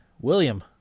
William